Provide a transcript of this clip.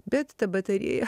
bet ta batarėja